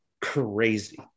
crazy